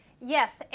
Yes